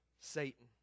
Satan